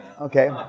Okay